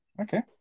Okay